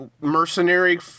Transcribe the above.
mercenary